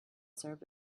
syrup